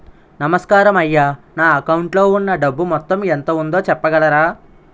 నమస్కారం అయ్యా నా అకౌంట్ లో ఉన్నా డబ్బు మొత్తం ఎంత ఉందో చెప్పగలరా?